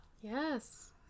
Yes